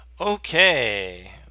okay